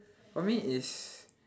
for me is